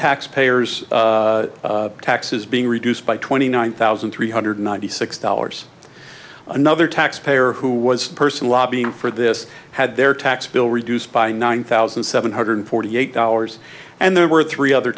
taxpayer's taxes being reduced by twenty nine thousand three hundred ninety six dollars another taxpayer who was the person lobbying for this had their tax bill reduced by nine thousand seven hundred forty eight dollars and there were three other